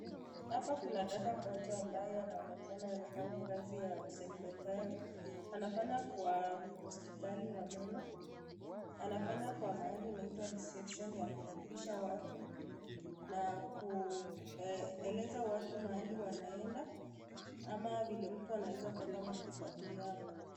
Hapa kuna dada mmoja ambaye anaonekana anafanya kazi ya u secretary anafanya kwa hospitali ya meno, anafanya kwa mahali inaitwa reception ya kukaribisha watu na kueleza watu mahali wanaeda ama vile mtu anaeza pata matibabu yao.